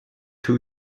two